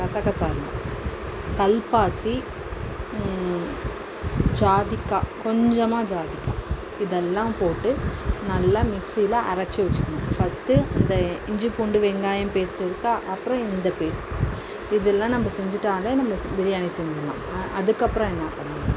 கசகசா இல்லை கல்பாசி ஜாதிக்காய் கொஞ்சமாக ஜாதிக்காய் இதெல்லாம் போட்டு நல்லா மிக்ஸியில் அரைத்து வைச்சுக்கணும் பஸ்ட் அந்த இஞ்சி பூண்டு வெங்காயம் பேஸ்ட் இருக்கா அப்புறம் இந்த பேஸ்ட் இதெல்லாம் நம்ம செஞ்சுவிட்டாலே நம்ம பிரியாணி செஞ்சுடலாம் அதுக்கப்புறம் என்ன பண்ணணும்னால்